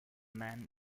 men